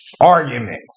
arguments